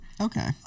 Okay